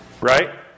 Right